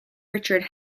richard